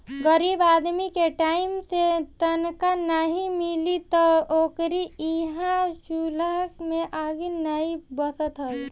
गरीब आदमी के टाइम से तनखा नाइ मिली तअ ओकरी इहां चुला में आगि नाइ बरत हवे